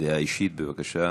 דעה אישית, בבקשה,